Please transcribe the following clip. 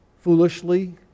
foolishly